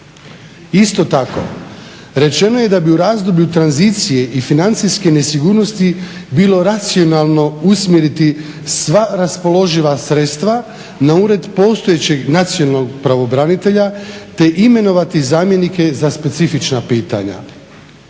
Isto tako, rečeno je da bi u razdoblju tranzicije i financijske nesigurnosti bilo racionalno usmjeriti sva raspoloživa sredstva na Ured postojećeg nacionalnog pravobranitelja, te imenovati zamjenike za specifična pitanja.